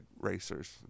racers